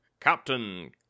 Captain